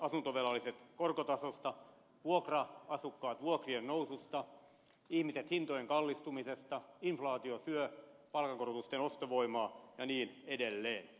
asuntovelalliset korkotasosta vuokra asukkaat vuokrien noususta ihmiset hintojen kallistumisesta inflaatio syö palkankorotusten ostovoimaa ja niin edelleen